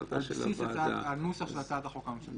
הממשלתית, על נוסח הצעת החוק הממשלתית.